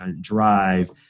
drive